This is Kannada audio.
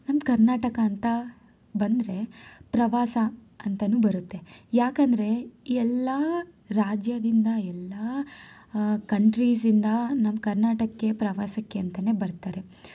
ನಮ್ಮ ಕರ್ನಾಟಕ ಅಂತ ಬಂದರೆ ಪ್ರವಾಸ ಅಂತಾನೂ ಬರುತ್ತೆ ಯಾಕಂದರೆ ಎಲ್ಲ ರಾಜ್ಯದಿಂದ ಎಲ್ಲ ಕಂಟ್ರೀಸಿಂದ ನಮ್ಮ ಕರ್ನಾಟಕಕ್ಕೆ ಪ್ರವಾಸಕ್ಕೆ ಅಂತಾನೆ ಬರ್ತಾರೆ